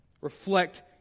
Reflect